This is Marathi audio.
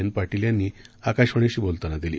एन पाटील यांनी आकाशवाणीशी बोलताना दिली